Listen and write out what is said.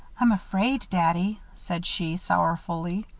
i'm afraid, daddy, said she, sorrowfully,